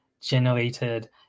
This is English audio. generated